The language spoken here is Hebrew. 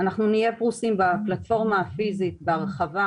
אנחנו נהיה פרושים בפלטפורמה הפיזית בהרחבה